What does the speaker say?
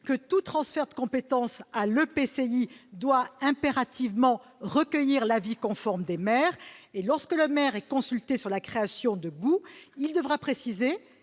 que tout transfert de compétence à l'EPCI devra impérativement recueillir l'avis conforme des maires. Lorsqu'un maire sera consulté sur la création d'une GOU, il devra préciser